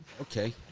Okay